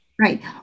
Right